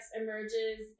emerges